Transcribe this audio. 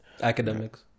Academics